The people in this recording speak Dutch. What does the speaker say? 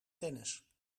tennis